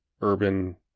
urban